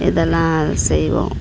இதெல்லாம் செய்வோம்